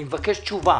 אני מבקש תשובה.